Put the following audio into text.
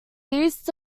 east